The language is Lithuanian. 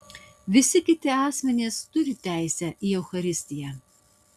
visi kiti asmenys turi teisę į eucharistiją